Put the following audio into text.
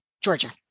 Georgia